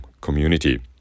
community